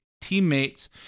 teammates